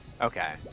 Okay